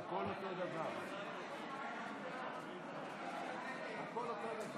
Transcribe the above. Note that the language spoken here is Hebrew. משה אבוטבול, נגד סמי אבו שחאדה,